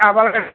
ആ പറ ചേട്ടാ